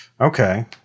Okay